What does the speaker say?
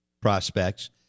prospects